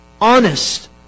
honest